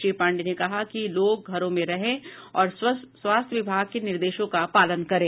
श्री पाण्डेय ने कहा कि लोग घरों में रहें और स्वास्थ्य विभाग के निर्देशों का पालन करें